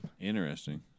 Interesting